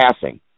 passing